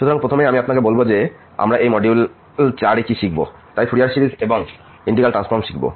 সুতরাং প্রথমেই আমি আপনাকে বলব যে আমরা এই মডিউল চার এ কী শিখব তাই এটি ফুরিয়ার সিরিজ এবং এই ইন্টিগ্রাল ট্রান্সফর্ম শিখব